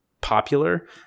popular